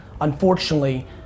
Unfortunately